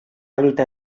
lluitar